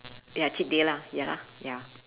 ya cheat day lah ya lah ya